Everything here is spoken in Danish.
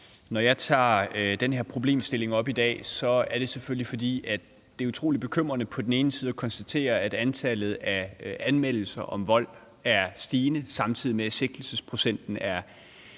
Når jeg tager den her problemstilling op i dag, er det selvfølgelig, fordi det er utrolig bekymrende på den ene side at konstatere, at antallet af anmeldelser om vold er stigende, samtidig med at sigtelsesprocenten er faldende.